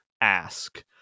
ask